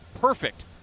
Perfect